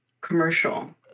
commercial